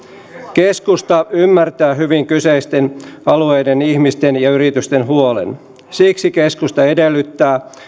keskusta ymmärtää hyvin kyseisten alueiden ihmisten ja yritysten huolen siksi keskusta edellyttää